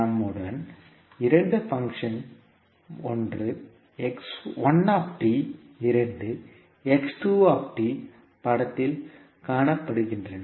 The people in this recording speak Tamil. நம்முடன் இரண்டு பங்க்ஷன் ஒன்று இரண்டு படத்தில் காணப்படுகின்றன